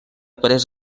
pres